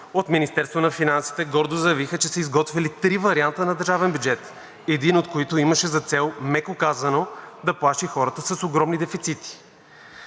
От Министерството на финансите гордо заявиха, че са изготвили три варианта на държавен бюджет, един от които имаше за цел, меко казано, да плаши хората с огромни дефицити.